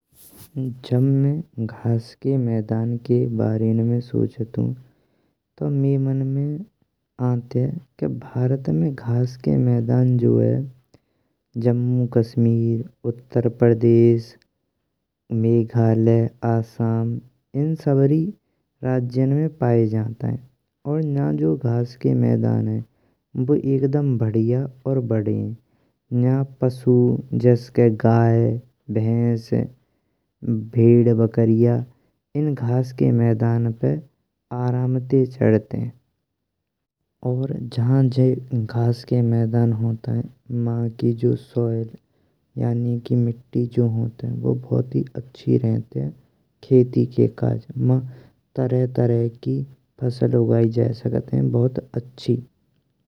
जब मैं घास के मैदान के बाारे मे सोचन्तु तो मैये मन्न में आंतेये। भारत में घास के मैदान जो है जम्मू कश्मीर, उत्तर प्रदेश, मेघालय, असम इन्न सबरी राज्य ने पाये जान्तेय। और न्जा जो घास के मैदान हैं बु एक दम बढिया और एकदम बड्ढे हैं। आँजे पशु जैस के गाय भैंस भेढ़ बकरिया इन्न घास के मैदान पे आराम ते चरतें। और जहा जी खास के मैदान होतेये मां की जो सॉइल यानी कि माटी जो होतेये बु बहुत ही अच्छी रहुंती। खेती के काज मा तरह तरह की फसल उगाई जाये सकतें बहुत अच्छी।